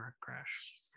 crash